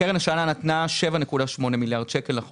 הקרן הישנה נתנה 7.8 מיליארד שקל.